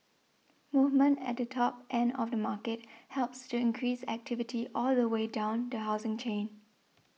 movement at the top end of the market helps to increase activity all the way down the housing chain